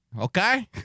Okay